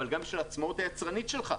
אבל גם בגלל העצמאות היצרנית שלך.